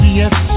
yes